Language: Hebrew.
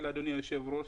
לישראל, אדוני היושב ראש.